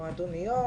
המועדוניות,